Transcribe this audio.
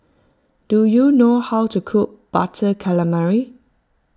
do you know how to cook Butter Calamari